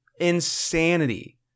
Insanity